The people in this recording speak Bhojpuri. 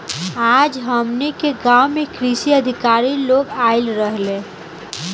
आज हमनी के गाँव में कृषि अधिकारी लोग आइल रहले